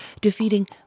defeating